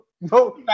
No